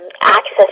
access